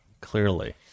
clearly